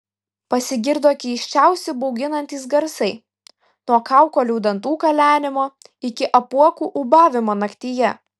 pasigirdo keisčiausi bauginantys garsai nuo kaukolių dantų kalenimo iki apuokų ūbavimo naktyje